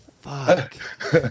fuck